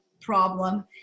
problem